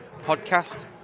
podcast